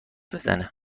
بزنه